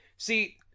See